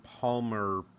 Palmer